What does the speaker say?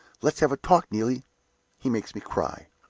let's have a talk, neelie he makes me cry.